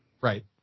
Right